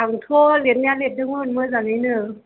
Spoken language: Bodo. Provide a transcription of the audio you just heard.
आंथ' लिरनाया लिरदोंमोन मोजाङैनो